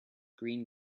green